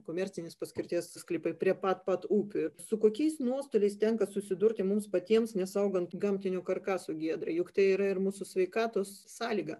komercinės paskirties sklypai prie pat pat upių su kokiais nuostoliais tenka susidurti mums patiems nesaugant gamtinio karkaso giedre juk tai yra ir mūsų sveikatos sąlyga